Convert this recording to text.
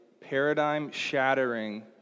paradigm-shattering